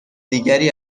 دیگری